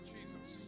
Jesus